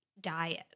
diet